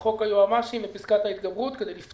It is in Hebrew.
ועל חמישה מיליון שקל לקבוצות כדורגל.